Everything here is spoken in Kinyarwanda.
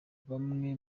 bamwe